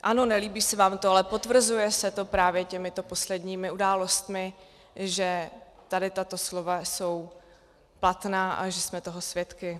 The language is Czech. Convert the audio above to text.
Ano, nelíbí se vám to, ale potvrzuje se to právě těmito posledními událostmi, že tady tato slova jsou platná a že jsme toho svědky.